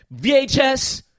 VHS